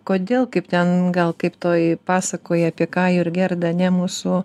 kodėl kaip ten gal kaip toj pasakoj apie kajų ir gerdą ar ne mūsų